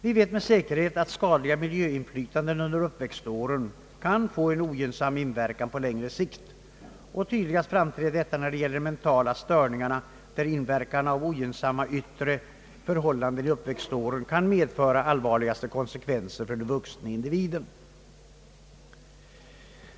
Vi vet med säkerhet att skadliga miljöinflytanden under uppväxtåren kan få ogynnnsam inverkan på längre sikt. Tydligast framträder detta när det gäller de mentala störningarna, där inver kan av ogynnsamma yttre förhållanden i uppväxtåren kan medföra de allvarligaste konsekvenser för den vuxna individen.